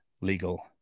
legal